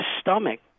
stomach